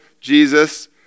Jesus